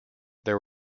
there